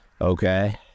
okay